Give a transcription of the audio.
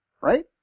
right